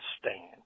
stand